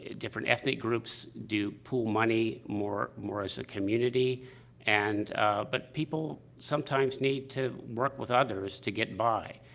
ah different ethnic groups do, pool money more more as a community and, ah but people sometimes need to work with others to get by.